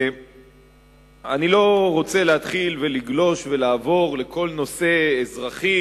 אני לא רוצה להתחיל ולגלוש ולעבור לכל נושא אזרחי,